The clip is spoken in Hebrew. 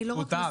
מותר.